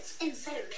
Inside